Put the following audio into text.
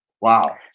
Wow